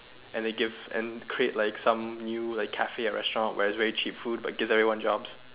and then give and create like some new cafe and restaurants where there is very cheap food and then give everyone jobs